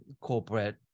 corporate